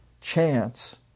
chance